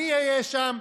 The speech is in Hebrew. אני אהיה שם,